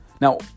Now